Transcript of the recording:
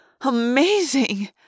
amazing